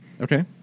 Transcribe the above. Okay